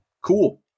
Cool